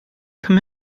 come